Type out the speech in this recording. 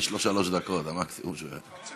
יש לו שלוש דקות, המקסימום שלו.